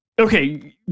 Okay